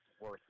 worth